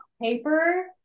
paper